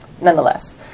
nonetheless